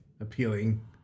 appealing